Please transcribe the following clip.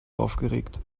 aufgeregt